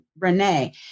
Renee